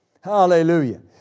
Hallelujah